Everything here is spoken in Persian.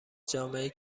جامعهای